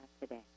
today